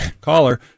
caller